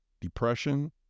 depression